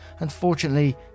Unfortunately